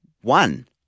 One